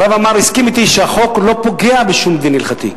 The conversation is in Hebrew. הרב עמאר הסכים אתי שהחוק לא פוגע בשום דין הלכתי.